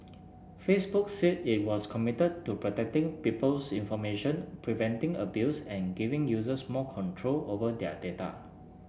Facebook said it was committed to protecting people's information preventing abuse and giving users more control over their data